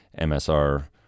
MSR